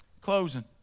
Closing